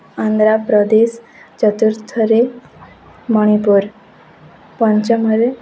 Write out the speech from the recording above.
ଆନ୍ଧ୍ରପ୍ରଦେଶ ଚତୁର୍ଥରେ ମଣିପୁର ପଞ୍ଚମରେ